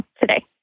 today